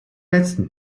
letzten